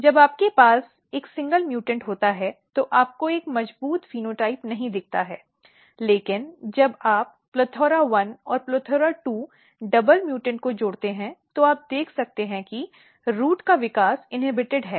जब आपके पास एक एकल म्यूटेंट होता है तो आपको एक मजबूत फेनोटाइप नहीं दिखता है लेकिन जब आप plethora1 और plethora2 डबल म्यूटेंट को जोड़ते हैं तो आप देख सकते हैं कि रूट का विकास इन्हेबिटेड है